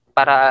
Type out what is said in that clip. para